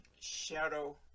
shadow